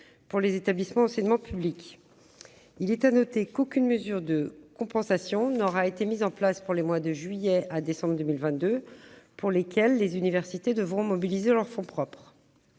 pour les établissements d'enseignement publics. Il est à noter qu'aucune mesure de compensation n'aura été prise pour les mois de juillet à décembre 2022, pour lesquels les universités devront mobiliser leurs fonds propres.